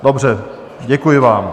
Dobře, děkuji vám.